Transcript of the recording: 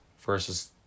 versus